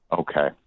Okay